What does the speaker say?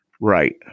Right